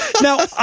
Now